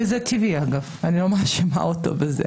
ואגב, זה טבעי, אני לא מאשימה אותו בזה